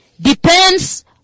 depends